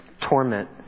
torment